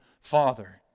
father